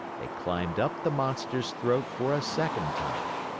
they climbed up the monster's throat for a second time.